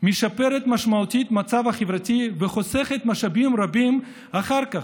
משפרת משמעותית את המצב החברתי וחוסכת משאבים רבים אחר כך,